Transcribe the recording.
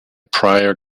prior